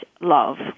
love